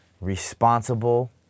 responsible